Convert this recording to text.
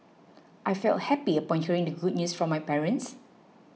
I felt happy upon hearing the good news from my parents